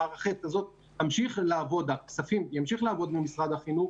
מערכת הכספים תמשיך לעבוד ממשרד החינוך